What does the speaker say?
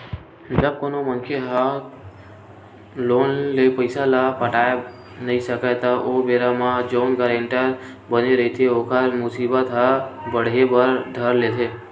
जब कोनो मनखे ह लोन के पइसा ल पटाय नइ सकय त ओ बेरा म जउन गारेंटर बने रहिथे ओखर मुसीबत ह बाड़हे बर धर लेथे